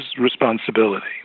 responsibility